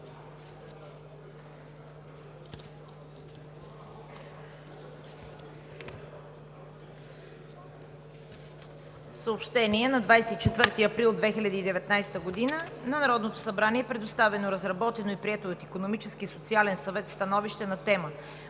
Съобщение: На 24 април 2019 г. на Народното събрание е предоставено разработено и прието от Икономическия и социален съвет становище на тема